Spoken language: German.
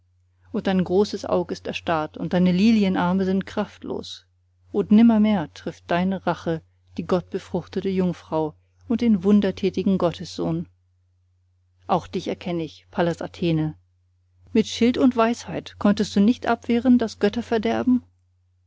und dein großes aug ist erstarrt und deine lilienarme sind kraftlos und nimmermehr trifft deine rache die gottbefruchtete jungfrau und den wundertätigen gottessohn auch dich erkenn ich pallas athene mit schild und weisheit konntest du nicht abwehren das götterverderben